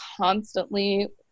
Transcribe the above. constantly